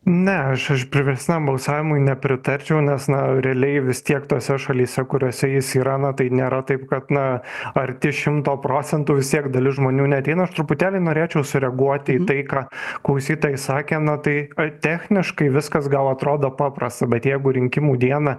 ne aš aš priverstinam balsavimui nepritarčiau nes na realiai vis tiek tose šalyse kuriose jis yra na tai nėra taip kad na arti šimto procentų vis tiek dalis žmonių neateina aš truputėlį norėčiau sureaguoti į tai ką klausytojai sakė na tai techniškai viskas gal atrodo paprasta bet jeigu rinkimų dieną